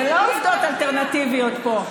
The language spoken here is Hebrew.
זה לא עובדות אלטרנטיביות פה,